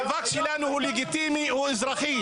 המאבק שלנו הוא לגיטימי, הוא אזרחי.